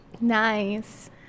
Nice